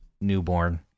newborn